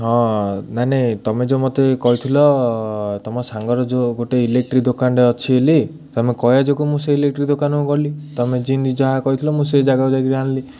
ହଁ ନାଇଁ ନାଇଁ ତମେ ଯେଉଁ ମତେ କହିଥିଲ ତମ ସାଙ୍ଗର ଯେଉଁ ଗୋଟେ ଇଲେକ୍ଟ୍ରି ଦୋକାନଟେ ଅଛି ବୋଲି ତମେ କହିବା ଯୋଗୁଁକୁ ମୁଁ ସେ ଇଲେକ୍ଟ୍ରି ଦୋକାନକୁ ଗଲି ତମେ ଯେମିତି ଯାହା କହିଥିଲ ମୁଁ ସେ ଜାଗାକୁ ଯାଇକିରି ଆଣିଲି